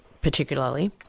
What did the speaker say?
particularly